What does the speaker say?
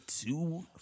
two